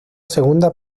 segunda